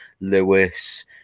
Lewis